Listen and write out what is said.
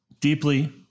deeply